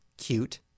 Cute